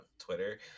Twitter